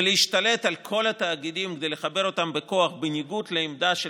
ולהשתלט על כל התאגידים כדי לחבר אותם בכוח בניגוד לעמדה של